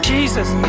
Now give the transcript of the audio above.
Jesus